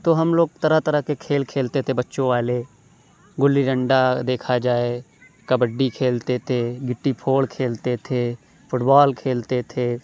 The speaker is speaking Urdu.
تو ہم لوگ طرح طرح کے کھیل کھیلتے تھے بچوں والے گلی ڈنڈا دیکھا جائے کبڈی کھیلتے تھے گٹی پھوڑ کھیلتے تھے فٹ بال کھیلتے تھے